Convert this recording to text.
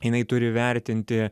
jinai turi vertinti